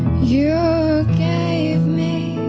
you gave me